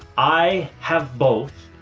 i have both.